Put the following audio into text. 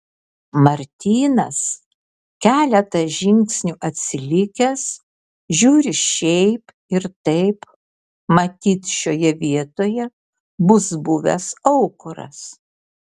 martynas keletą žingsnių atsilikęs žiūri šiaip ir taip matyt šioje vietoje bus buvęs aukuras